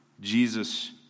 Jesus